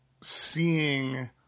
seeing